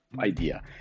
idea